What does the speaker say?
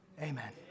Amen